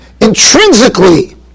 intrinsically